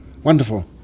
Wonderful